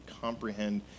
comprehend